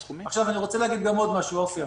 אני רוצה להגיד גם עוד משהו, עפר.